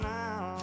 now